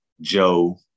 joe